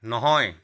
নহয়